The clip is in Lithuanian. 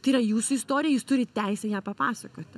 tai yra jūsų istorija jūs turit teisę ją papasakoti